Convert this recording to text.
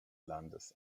landes